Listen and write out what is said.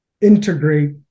integrate